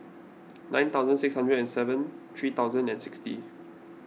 nine thousand six hundred and seven three thousand and sixty